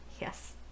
Yes